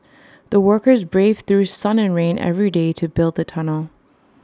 the workers braved through sun and rain every day to build the tunnel